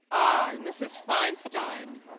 i. mrs. feinstein